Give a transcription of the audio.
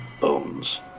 Bones